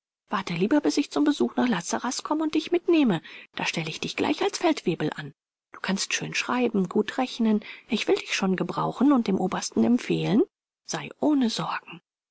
warte lieber bis ich zum besuch nach la sarraz komme und dich mitnehme da stell ich dich gleich als feldwebel an du kannst schön schreiben gut rechnen ich will dich schon gebrauchen und dem obersten empfehlen sei ohne sorgen